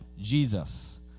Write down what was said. Jesus